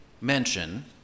mention